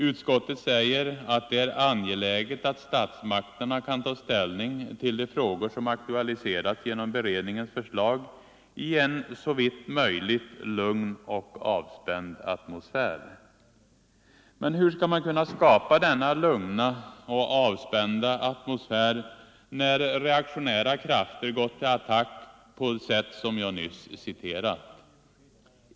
Utskottet säger att det är ”angeläget att statsmakterna kan ta ställning till de frågor som aktualiserats genom beredningens förslag i en såvitt möjligt lugn och avspänd atmosfär”. Men hur skall man kunna skapa denna lugna och avspända atmosfär när reaktionära krafter gått till attack på sätt som jag nyss citerat?